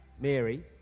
Mary